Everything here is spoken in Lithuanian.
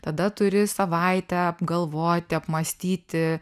tada turi savaitę apgalvoti apmąstyti